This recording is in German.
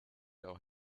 auch